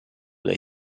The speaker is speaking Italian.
dai